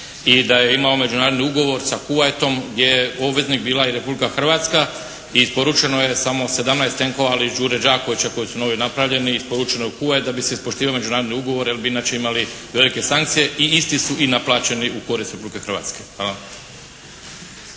i da je imao međunarodni ugovor sa Kuvajtom gdje je obveznik bila i Republika Hrvatska. Isporučeno je samo 17 tenkova ali «Đure Đakovića» koji su novi napravljeni. Isporučeno je u Kuvajt da bi se ispoštivao međunarodni ugovor jer bi inače imali velike sankcije i isti su i naplaćeni u korist Republike Hrvatske.